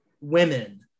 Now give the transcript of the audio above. women